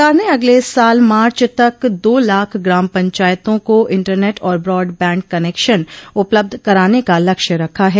सरकार ने अगले साल मार्च तक दो लाख ग्राम पंचायतों को इंटरनेट और ब्रॉडबैंड कनेक्शन उपलब्ध कराने का लक्ष्य रखा है